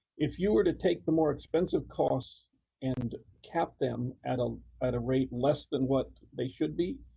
if you were to take the more expensive costs and cap them at um at a rate less than what they should be,